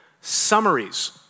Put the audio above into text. summaries